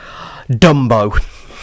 dumbo